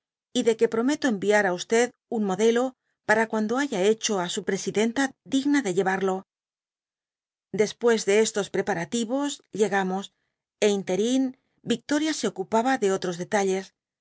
y de que prometo enviar á un modela paraxuajodo haya hecho á su presidenta digna de lleyarlo de poes de estos preparativos uegajoos é ínterin victoria se ocupaba de otros detallfes